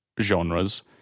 genres